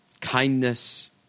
Kindness